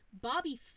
Bobby